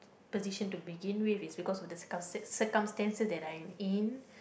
position to begin with is because of the circumstances that I'm in